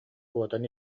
куотан